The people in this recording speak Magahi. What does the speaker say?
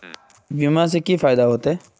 बीमा से की फायदा होते?